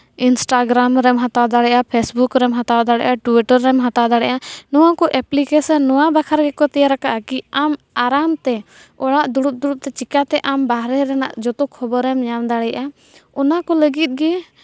Instagram ᱨᱮᱢ ᱦᱟᱛᱟᱣ ᱫᱟᱲᱮᱭᱟᱜᱼᱟ ᱯᱷᱮᱥᱵᱩᱠ ᱨᱮᱢ ᱦᱟᱛᱟᱣ ᱫᱟᱲᱮᱭᱟᱜᱼᱟ ᱴᱩᱭᱴᱟᱨ ᱨᱮᱢ ᱦᱟᱛᱟᱣ ᱫᱟᱲᱮᱭᱟᱜᱼᱟ ᱱᱚᱣᱟ ᱠᱚ ᱮᱯᱞᱤᱠᱮᱥᱮᱱ ᱱᱚᱣᱟ ᱵᱟᱠᱷᱨᱟ ᱜᱮᱠᱚ ᱛᱮᱭᱟᱨ ᱠᱟᱜᱼᱟ ᱠᱤ ᱮᱯᱞᱤᱠᱮᱥᱮᱱ ᱟᱢ ᱟᱨᱟᱢ ᱛᱮ ᱚᱲᱟᱜ ᱫᱩᱲᱩᱵ ᱫᱩᱲᱩᱵ ᱛᱮ ᱪᱤᱠᱟᱹᱛᱮ ᱟᱢ ᱵᱟᱦᱨᱮ ᱨᱮᱱᱟᱜ ᱡᱚᱛᱚ ᱠᱷᱚᱵᱚᱨᱮᱢ ᱧᱟᱢ ᱫᱟᱲᱮᱭᱟᱜᱼᱟ ᱚᱱᱟ ᱠᱚ ᱞᱟᱹᱜᱤᱫ ᱜᱮ